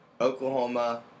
Oklahoma